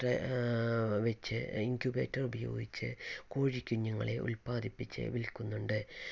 മുട്ട വച്ച് ഇൻക്യുബേറ്ററുപയോഗിച്ച് കോഴിക്കുഞ്ഞുങ്ങളെ ഉൽപാദിപ്പിച്ച് വിൽക്കുന്നുണ്ട്